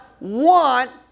want